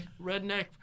Redneck